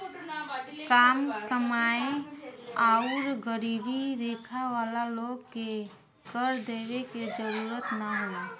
काम कमाएं आउर गरीबी रेखा वाला लोग के कर देवे के जरूरत ना होला